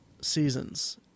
seasons